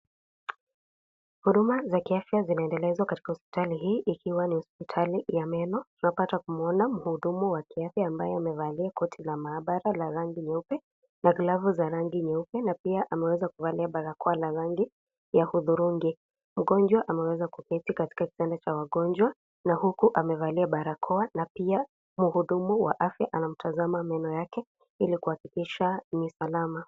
Huduma za kiafya zinaendelezwa katika hosiptali hii ikiwa ni hosiptali ya meno na kupata muudumu wa afya am aye amevalia koti la mhabara ya rangi nyeupe na glavu ya rangi nyeupe na pia ameweza kuvalia barakoa la rangi ya hudhurungi mgonjwa ameweza kiketi katika katanga cha wagonjwa huku amevalia barakoa na huku muhudumu wa afya anatazama meno yake ili kuakikisha ni salama.